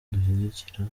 dushyigikira